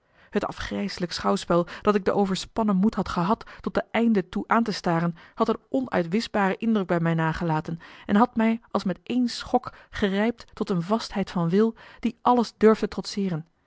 het afgrijselijk schouwspel dat ik den overspannen moed had gehad tot den einde toe aan te staren had een onuitwischbaren indruk bij mij nagelaten en had mij als met één schok gerijpt tot eene vastheid van wil die alles durfde trotseeren